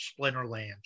Splinterlands